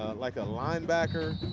like a linebacker.